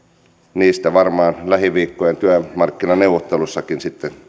siitä varmaan lähiviikkojen työmarkkinaneuvotteluissakin